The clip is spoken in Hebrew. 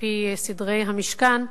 ועל-פי סדרי המשכן,